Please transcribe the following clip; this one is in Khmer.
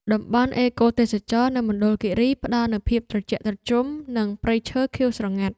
តំបន់អេកូទេសចរណ៍នៅមណ្ឌលគិរីផ្ដល់នូវភាពត្រជាក់ត្រជុំ និងព្រៃឈើខៀវស្រងាត់។